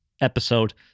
episode